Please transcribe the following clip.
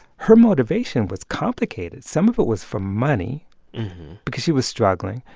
her motivation was complicated. some of it was for money because she was struggling.